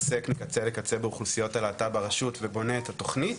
שמתעסק מקצה לקצה באוכלוסיות הלהט"ב ברשות ובונה את התוכנית,